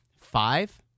five